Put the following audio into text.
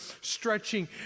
stretching